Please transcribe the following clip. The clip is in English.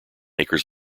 acres